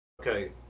okay